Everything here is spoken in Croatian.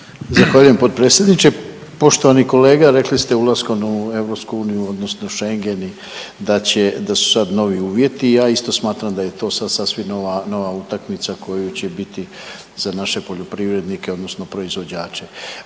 Zahvaljujem potpredsjedniče. Poštovani kolega, rekli ste ulaskom u EU odnosno Schengen da su sad novi uvjeti. Ja isto smatram da je to sad sasvim nova utakmica koju će biti za naše poljoprivrednike, odnosno proizvođače.